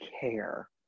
care